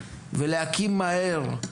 ולהקים מהר,